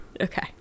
Okay